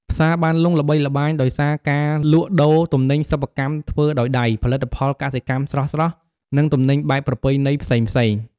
ផ្សារបានលុងល្បីល្បាញដោយសារការលក់ដូរទំនិញសិប្បកម្មធ្វើដោយដៃ ផលិតផលកសិកម្មស្រស់ៗ និងទំនិញបែបប្រពៃណីផ្សេងៗ។